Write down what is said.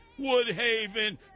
Woodhaven